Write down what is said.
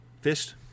fist